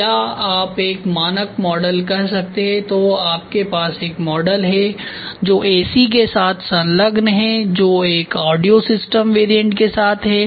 या आप एक मानक मॉडल कह सकते हैं तो आपके पास एक मॉडल है जो एसी के साथ संलग्न है जो एक ऑडियो सिस्टम वेरिएंट के साथ है